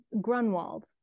grunwald